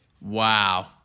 Wow